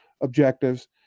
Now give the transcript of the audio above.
objectives